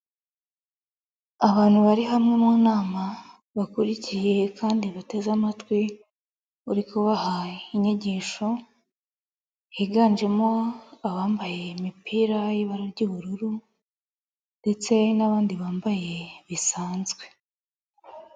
Abantu bari hamwe mu nama bakurikiye kandi bateze amatwi, uri kubaha inyigisho, higanjemo abambaye imipira y'ibara ry'ubururu, ndetse n'abandi bambaye bisanzwe.